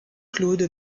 claude